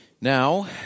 Now